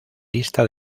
lista